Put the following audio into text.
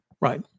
Right